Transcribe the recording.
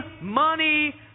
money